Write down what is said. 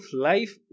life